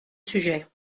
sujet